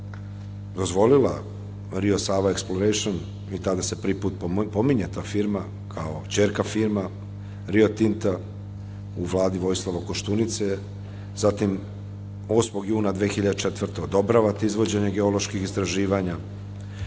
dozvolila Rio Sava i tada se prvi put pominje ta firma kao ćerka firma Rio Tinta u Vladi Vojislava Koštunice. Zatim, 8. juna 2004. godine odobravate izvođenje geoloških istraživanja,